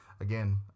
Again